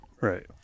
Right